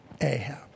Ahab